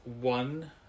one